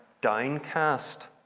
downcast